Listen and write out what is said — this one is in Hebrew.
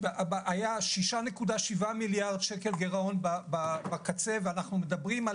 היה 6.7 מיליארד שקל גירעון בקצה ואנחנו מדברים על